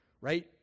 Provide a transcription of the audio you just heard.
right